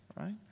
right